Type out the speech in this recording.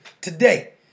today